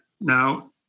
now